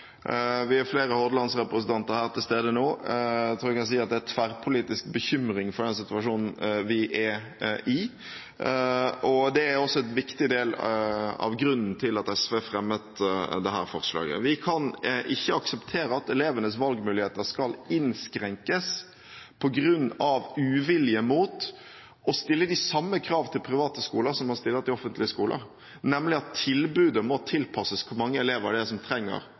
Vi er flere Hordalands-representanter til stede her nå, og jeg tror jeg kan si at det er tverrpolitisk bekymring for den situasjonen vi er i. Det er også en viktig del av grunnen til at SV fremmet dette forslaget. Vi kan ikke akseptere at elevenes valgmuligheter skal innskrenkes på grunn av uviljen mot å stille de samme kravene til private skoler som man stiller til offentlige skoler, nemlig at tilbudet må tilpasses hvor mange elever det er som trenger